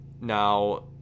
now